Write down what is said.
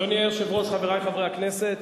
אדוני היושב-ראש, חברי חברי הכנסת,